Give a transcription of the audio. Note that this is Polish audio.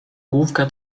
główka